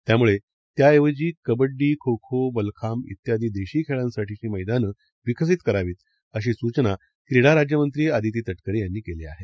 त्यामुळे त्याऐवजी कबड्डी खो खो मल्लखांब व्यादी देशी खेळांसाठीची मैदानं विकसित करावीत अशी सूचना क्रीडा राज्यमंत्री अदिती तटकरे यांनी केली आहे